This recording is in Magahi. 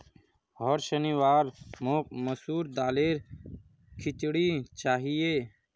होर शनिवार मोक मसूर दालेर खिचड़ी चाहिए